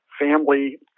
family